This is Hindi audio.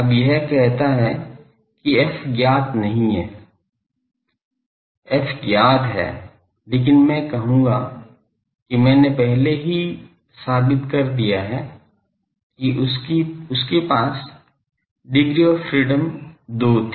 अब यह कहता है कि f ज्ञात नहीं है ft ज्ञात है लेकिन मैं कहूंगा कि मैंने पहले ही साबित कर दिया है कि उनके पास डिग्री ऑफ़ फ्रीडम 2 थी